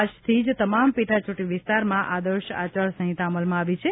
આજથી જ તમામ પેટાચૂંટણી વિસ્તારમાં આદર્શ આચારસંહિતા અમલમાં આવી છે